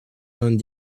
vingt